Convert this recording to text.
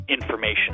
information